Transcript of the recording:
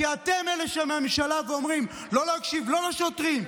כי אתם אלה שבממשלה ואומרים: לא להקשיב לשוטרים,